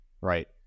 right